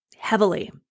heavily